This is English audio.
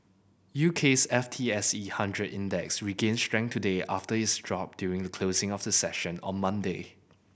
U K's F T S E hundred Index regained strength today after its drop during the closing of the session on Monday